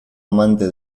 amante